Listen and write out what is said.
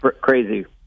Crazy